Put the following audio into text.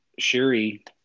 Shiri